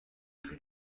plus